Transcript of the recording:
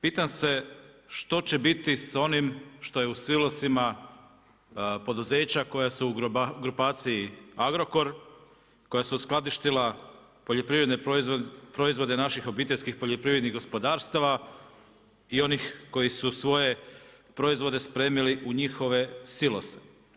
Pitam se što će biti sa onim što je u silosima, poduzeća koja su u grupaciji Agrokor koja su skladištila poljoprivrede proizvode naših obiteljskih poljoprivrednih gospodarstava i onih koji su svoje proizvode spremili u njihove silose.